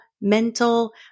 mental